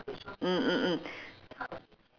mm mm mm